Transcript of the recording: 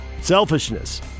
Selfishness